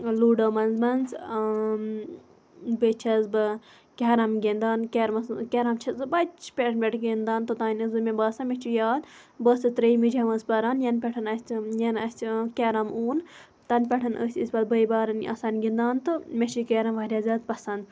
ludo مَنٛز مَنٛز بیٚیہِ چھَس بہٕ کیرَم گِنٛدان کیرمَس مَنٛز کیرَم چھَس بہٕ بَچپَن پیٹھ گِنٛدان توٚتانۍ ٲس بہٕ مےٚ باسان مےٚ چھُ یاد بہٕ ٲسٕس ترٛیمہِ جَمٲژ پَران یَنہٕ پیٹھ اَسہِ یَنہٕ اَسہِ کیرَم اوٚن تَنہٕ پیٹھ ٲسۍ أسۍ پَتہٕ بٲے بارٕنۍ آسان گِنٛدان تہٕ مےٚ چھُ یہِ کیرَم واریاہ زیاد پَسَنٛد